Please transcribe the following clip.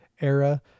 era